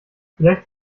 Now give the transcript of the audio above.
vielleicht